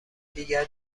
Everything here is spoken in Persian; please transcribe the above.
دیگر